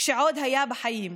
כשעוד היה בחיים,